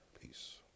Peace